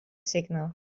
signal